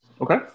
okay